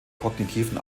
kognitiven